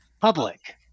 public